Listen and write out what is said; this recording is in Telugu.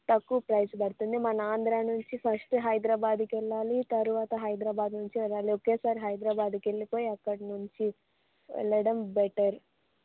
తక్కువ ప్రైస్ పడుతుంది మన ఆంధ్ర నుంచి ఫస్ట్ హైదరాబాద్కి వెళ్ళాలి తర్వాత హైదరాబాద్ నుంచి వెళ్ళాలి ఒకేసారి హైదరాబాద్కి వెళ్ళిపోయి అక్కడ నుంచి వెళ్ళడం బెటర్